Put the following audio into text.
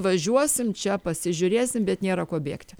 važiuosim čia pasižiūrėsim bet nėra ko bėgti